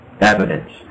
evidence